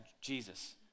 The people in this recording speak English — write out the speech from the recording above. Jesus